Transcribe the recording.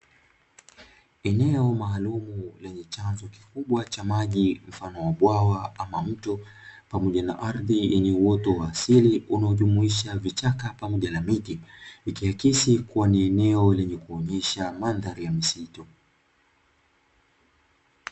Eneo maalumu lenye chanzo kikubwa cha maji mfano wa bwawa ama mto, pamoja na ardhi yenye uoto wa asili unayojumuisha vichaka pamoja na miti, ikiakisi kuwa ni eneo lenye kuonyesha mandhari ya msitu.